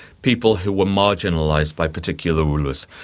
people who were marginalised by particular rulers.